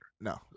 No